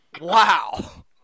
Wow